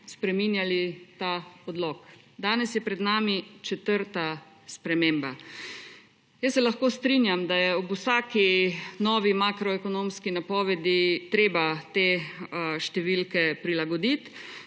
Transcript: spreminjali ta odlok. Danes je pred nami četrta sprememba. Lahko se strinjam, da je ob vsaki novi makroekonomski napovedi treba te številke prilagoditi,